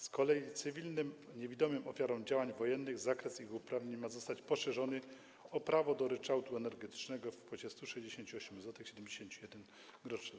Z kolei cywilnym niewidomym ofiarom działań wojennych zakres ich uprawnień ma zostać poszerzony o prawo do ryczałtu energetycznego w kwocie 168,71 zł.